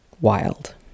wild